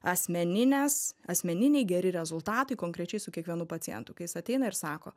asmeninės asmeniniai geri rezultatai konkrečiai su kiekvienu pacientu kai jis ateina ir sako